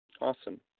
Awesome